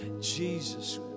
Jesus